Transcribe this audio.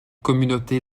communauté